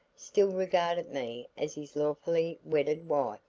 still regarded me as his lawfully wedded wife,